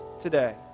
today